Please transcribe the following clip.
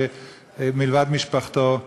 שמלבד משפחתו,